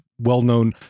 well-known